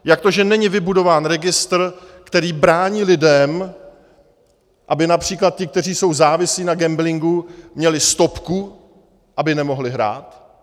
Jak to, že není vybudován registr, který brání lidem, aby např. ti, kteří jsou závislí na gamblingu, měli stopku, aby nemohli hrát?